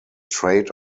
trade